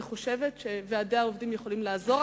אני חושבת שוועדי העובדים יכולים לעזור,